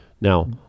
Now